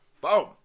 Boom